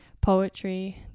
Poetry